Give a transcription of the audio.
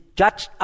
judge